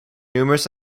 numerous